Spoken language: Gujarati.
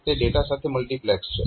તે ડેટા સાથે મલ્ટીપ્લેક્સ્ડ છે